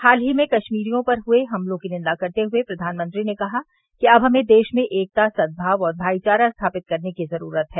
हाल ही में कश्मीरियों पर हुए हमलों की निंदा करते हुए प्रधानमंत्री ने कहा कि अब हमें देश में एकता सद्भाव और भाईचारा स्थापित करने की जरूरत है